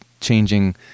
changing